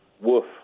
Woof